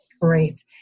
Great